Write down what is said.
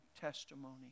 testimony